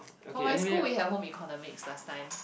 for my school we have home economics last time